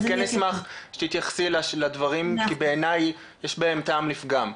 כן אשמח שתתייחסי לדברים כי בעיני יש בהם טעם לפגם.